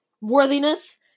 worthiness